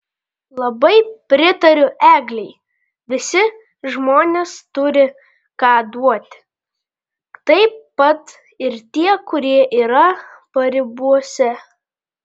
labai pritariu eglei visi žmonės turi ką duoti taip pat ir tie kurie yra paribiuose